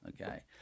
Okay